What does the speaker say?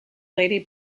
lady